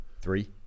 three